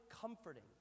comforting